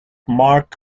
mark